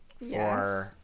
Yes